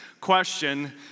question